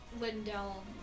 Lindell